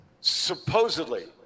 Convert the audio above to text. supposedly